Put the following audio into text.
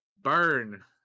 burn